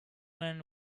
man